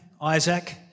Isaac